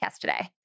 today